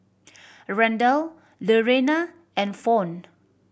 Randal Lurena and Fawn